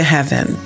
Heaven